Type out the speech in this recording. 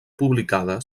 publicada